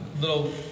little